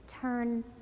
turn